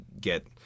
get